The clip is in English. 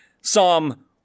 Psalm